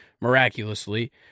miraculously